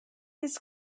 this